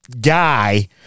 guy